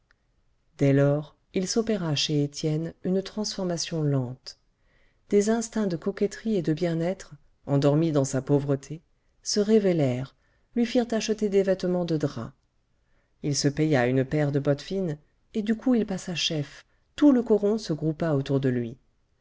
dès lors il s'opéra chez étienne une transformation lente des instincts de coquetterie et de bien-être endormis dans sa pauvreté se révélèrent lui firent acheter des vêtements de drap il se paya une paire de bottes fines et du coup il passa chef tout le coron se groupa autour de lui